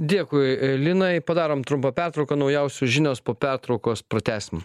dėkui linai padarom trumpą pertrauką naujausios žinios po pertraukos pratęsim